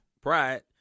pride